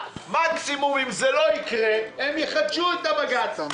מקסימום אם זה לא יקרה הם יחדשו את העתירה לבג"ץ.